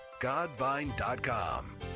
godvine.com